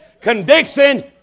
conviction